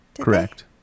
Correct